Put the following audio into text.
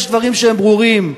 יש דברים שהם ברורים.